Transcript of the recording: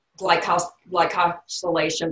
glycosylation